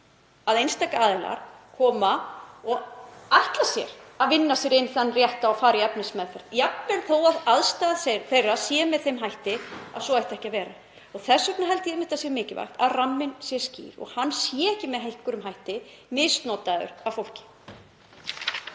að einstaka aðilar koma og ætla sér að vinna sér inn þann rétt að fara í efnismeðferð, jafnvel þótt aðstaða þeirra sé með þeim hætti að svo ætti ekki að vera. Þess vegna held ég að það sé mikilvægt að ramminn sé skýr og að hann sé ekki með einhverjum hætti misnotaður af fólki.